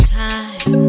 time